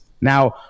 Now